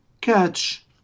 catch